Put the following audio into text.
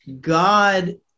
God